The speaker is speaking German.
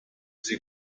sie